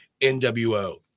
NWO